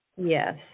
Yes